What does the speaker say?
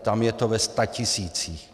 Tam je to ve statisících.